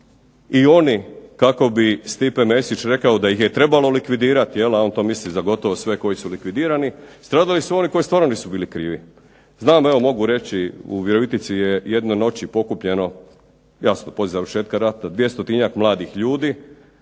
i oni, kako bi Stipe Mesić rekao da ih je trebalo likvidirat, a on to misli za gotovo sve koji su likvidirani, stradali su oni koji stvarno nisu bili krivi. Znam evo mogu reći u Virovitici je jedne noći pokupljeno, jasno poslije završetka rata 200-tinjak mladih ljudi